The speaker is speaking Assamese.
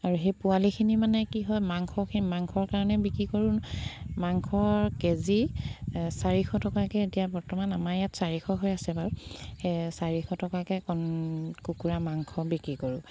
আৰু সেই পোৱালিখিনি মানে কি হয় মাংস সেই মাংসৰ কাৰণে বিক্ৰী কৰোঁ মাংসৰ কেজি চাৰিশ টকাকৈ এতিয়া বৰ্তমান আমাৰ ইয়াত চাৰিশ হৈ আছে বাৰু সেই চাৰিশ টকাকৈ কণ কুকুৰা মাংস বিক্ৰী কৰোঁ